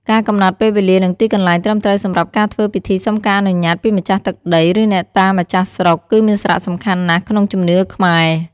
ការកំណត់ពេលវេលា និងទីកន្លែងត្រឹមត្រូវសម្រាប់ការធ្វើពិធីសុំការអនុញ្ញាតពីម្ចាស់ទឹកដី ឬអ្នកតាម្ចាស់ស្រុក គឺមានសារៈសំខាន់ណាស់ក្នុងជំនឿខ្មែរ។